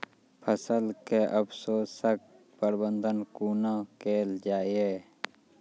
फसलक अवशेषक प्रबंधन कूना केल जाये?